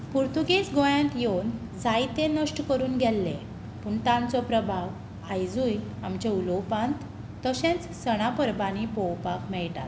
पुर्तुगेज गोंयांत येवन जायतें नश्ट करून गेल्ले तांचो प्रभाव आयजूय आमच्या उलोवपांत तशेंच सणा परबांनी पळोवपाक मेळटात